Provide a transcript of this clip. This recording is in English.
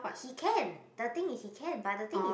he can the thing is he can but the thing is